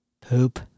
Poop